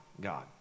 God